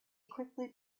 quickly